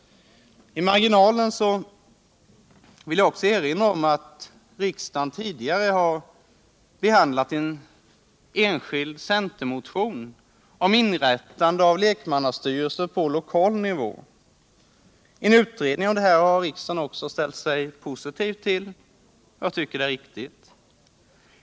I marginalen vill jag också erinra om att riksdagen tidigare har behandlat en enskild centermotion om inrättande av lekmannastyrelser på lokal nivå. En utredning om detta har riksdagen också ställt sig positiv till. Jag tycker det är riktigt.